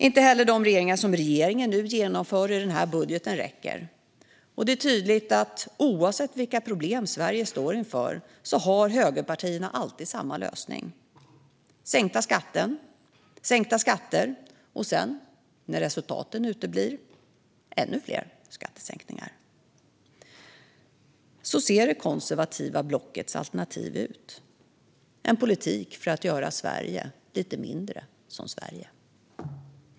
Inte heller de skattesänkningar som regeringen nu genomför i den här budgeten räcker. Det är tydligt att högerpartierna, oavsett vilka problem Sverige står inför, alltid har samma lösning: sänkta skatter och sedan, när resultaten uteblir, ännu fler skattesänkningar. Så ser det konservativa blockets alternativ ut - en politik för att göra Sverige lite mindre som Sverige.